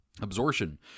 absorption